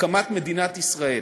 הקמת מדינת ישראל,